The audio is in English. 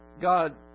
God